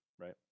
right